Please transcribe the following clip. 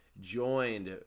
joined